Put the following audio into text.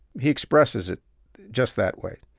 he expresses it just that way.